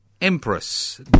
Empress